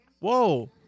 Whoa